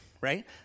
right